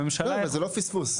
לא זה לא פספוס.